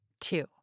Two